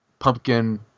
pumpkin